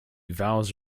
vows